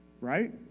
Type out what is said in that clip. right